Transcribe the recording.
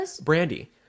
Brandy